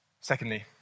Secondly